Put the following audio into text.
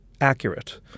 accurate